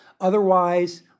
Otherwise